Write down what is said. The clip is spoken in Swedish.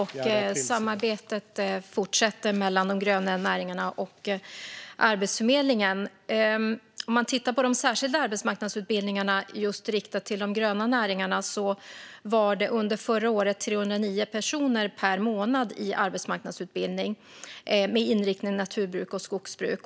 Fru talman! Mötet var i förra veckan. Samarbetet fortsätter mellan de gröna näringarna och Arbetsförmedlingen. Om man tittar på de särskilda arbetsmarknadsutbildningarna just riktade till de gröna näringarna var det under förra året 309 personer per månad i arbetsmarknadsutbildning med inriktning mot naturbruk och skogsbruk.